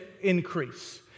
increase